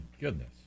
goodness